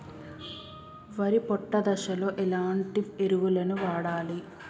వరి పొట్ట దశలో ఎలాంటి ఎరువును వాడాలి?